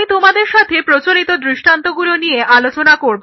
আমি তোমাদের সাথে প্রচলিত দৃষ্টান্তগুলো নিয়ে আলোচনা করব